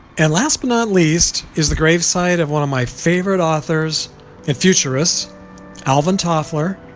and last but not least is the gravesite of one of my favorite authors and futurists alvin toffler,